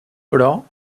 però